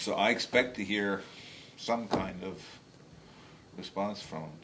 so i expect to hear some kind of response from